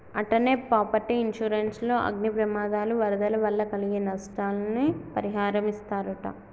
అట్టనే property insurance లో అగ్ని ప్రమాదాలు, వరదల వల్ల కలిగే నస్తాలని పరిహారమిస్తరట